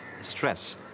stress